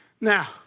Now